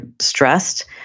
stressed